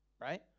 right